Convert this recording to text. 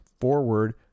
forward